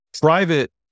private